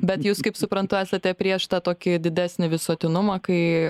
bet jūs kaip suprantu esate prieš tą tokį didesnį visuotinumą kai